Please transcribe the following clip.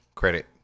credit